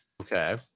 Okay